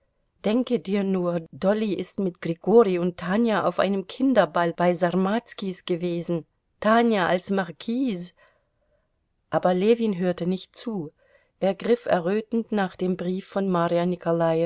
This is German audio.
denke dir nur dolly ist mit grigori und tanja auf einem kinderball bei sarmazkis gewesen tanja als marquise aber ljewin hörte nicht zu er griff errötend nach dem brief von